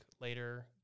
later